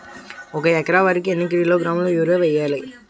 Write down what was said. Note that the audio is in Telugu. ఒక ఎకర వరి కు ఎన్ని కిలోగ్రాముల యూరియా వెయ్యాలి?